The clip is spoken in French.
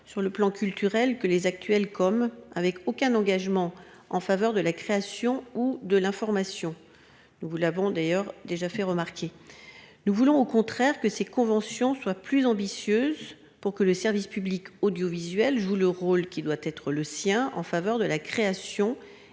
Sur le plan culturel que les actuels comme avec aucun engagement en faveur de la création ou de l'information. Nous vous l'avons d'ailleurs déjà fait remarquer. Nous voulons au contraire que ces conventions soient plus ambitieuses pour que le service public audiovisuel joue le rôle qui doit être le sien en faveur de la création